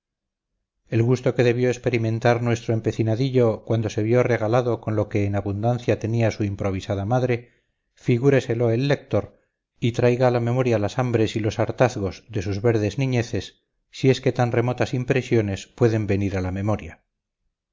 el gusto que debió experimentar nuestro empecinadillo cuando se vio regalado con lo que en abundancia tenía su improvisada madre figúreselo el lector y traiga a la memoria las hambres y los hartazgos de sus verdes niñeces si es que tan remotas impresiones pueden venir a la memoria